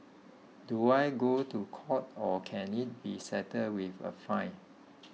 do I go to court or can it be settled with a fine